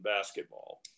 basketball